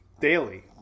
daily